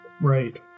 Right